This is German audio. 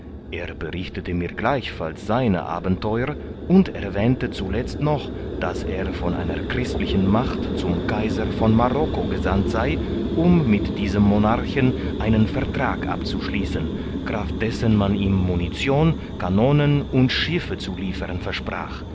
er berichtete mir gleichfalls seine abenteuer und erwähnte zuletzt noch daß er von einer christlichen macht zum kaiser von marokko gesandt sei um mit diesem monarchen einen vertrag abzuschließen kraft dessen man ihm munition kanonen und schiffe zu liefern versprach